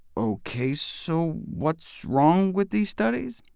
ok, so what's wrong with these studies?